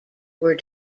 were